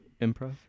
improv